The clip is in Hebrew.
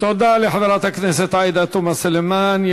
תודה לחברת הכנסת עאידה תומא סלימאן.